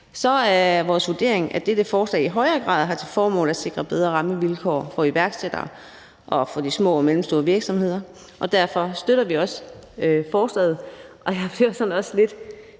er det vores vurdering, at dette forslag i højere grad har til formål at sikre bedre rammevilkår for iværksætterne og for de små og mellemstore virksomheder, og derfor støtter vi også forslaget. Jeg bliver også sådan